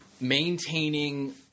maintaining